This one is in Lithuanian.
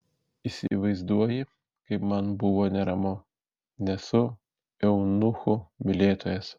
įsivaizduoji kaip man buvo neramu nesu eunuchų mylėtojas